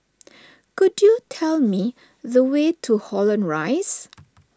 could you tell me the way to Holland Rise